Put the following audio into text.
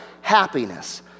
happiness